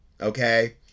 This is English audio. Okay